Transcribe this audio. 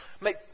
make